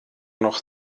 noch